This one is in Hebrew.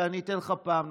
ואני אתן לך פעם נוספת.